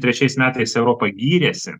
trečiais metais europa gyrėsi